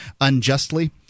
unjustly